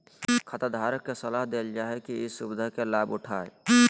खाताधारक के सलाह देल जा हइ कि ई सुविधा के लाभ उठाय